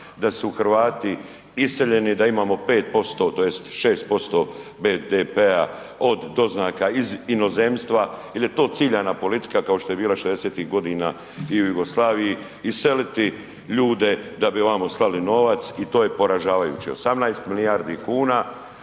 da su Hrvati iseljeni, da imamo 5%, tj. 6% BDP-a od doznaka iz inozemstva jer je to ciljana politika, kao što je bila 60-ih godina i u Jugoslaviji, iseliti ljude da bi vamo slali novac i to je poražavajuće. 18 milijardi kuna